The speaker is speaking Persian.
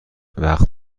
وقت